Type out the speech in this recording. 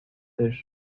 sèches